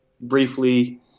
briefly